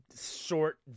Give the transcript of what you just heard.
short